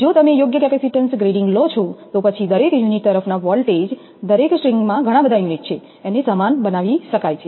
જો તમે યોગ્ય કેપેસિટેન્સ ગ્રેડિંગ લો છો તો પછી દરેક યુનિટ તરફના વોલ્ટેજ દરેક સ્ટ્રિંગ માં ઘણા બધા યુનિટ છે સમાન બનાવી શકાય છે